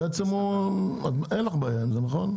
בעצם, אין לך בעיה עם זה, נכון?